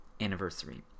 anniversary